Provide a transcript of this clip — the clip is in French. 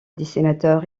dessinateur